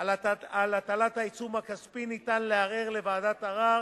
על הטלת עיצום כספי ניתן לערור לוועדת ערר